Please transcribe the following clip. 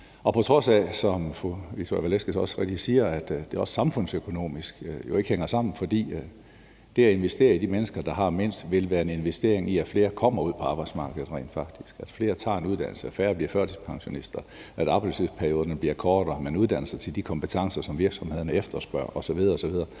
og på trods af, som fru Victoria Velasquez også rigtigt siger, at det også samfundsøkonomisk jo ikke hænger sammen, fordi det at investere i de mennesker, der har mindst, vil være en investering i, at flere rent faktisk kommer ud på arbejdsmarkedet, at flere tager en uddannelse, at færre bliver førtidspensionister, at arbejdsløshedsperioderne bliver kortere, at man uddanner sig til de kompetencer, som virksomhederne efterspørger osv. osv.